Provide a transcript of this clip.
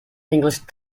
english